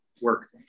work